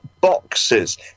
boxes